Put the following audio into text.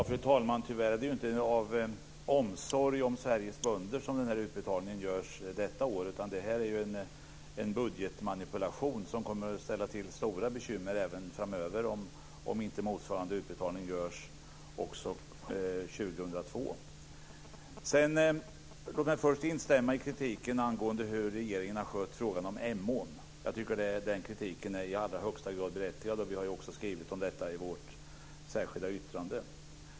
Fru talman! Tyvärr är det ju inte av omsorg om Sveriges bönder som den här utbetalningen görs detta år, utan det här är ju en budgetmanipulation som kommer att ställa till stora bekymmer även framöver om inte motsvarande utbetalning görs också 2002. Låt mig först instämma i kritiken angående hur regeringen har skött frågan om Emån. Jag tycker att den kritiken är i allra högsta grad berättigad, och vi har ju också skrivit om detta i vårt särskilda yttrande.